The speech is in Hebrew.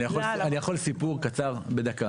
אני יכול סיפור קצר בדקה?